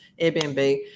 Airbnb